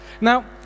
Now